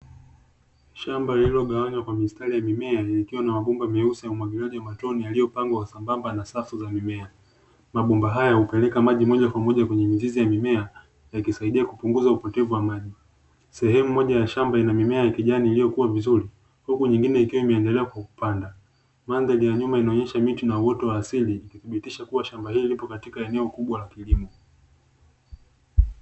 Shamba lililo gawanywa kwa mistari ya mimea yakiwa na mabomba meusi ya umwagiliaji matone yaliyopangwa sambamba na safu za mimea, mabomba haya hupeleka maji moja kwa moja kwenye mizizi ya mimea yakisaidia kupunguza upotevu wa maji, sehemu moja ya shamba ina mimea ya kijani iliyokuwa vizuri, huku nyingine ikiwa imeendelea kupanda mandhari ya nyuma inaonyesha miti na uwoto wa asili ikithibitisha kuwa shamba hili lipo katika eneo kubwa la kilimo.